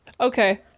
Okay